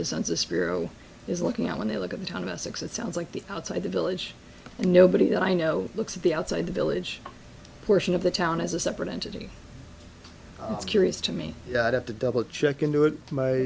the census bureau is looking at when they look at the town of essex it sounds like the outside the village and nobody that i know looks at the outside the village portion of the town as a separate entity it's curious to me i'd have to double check into it my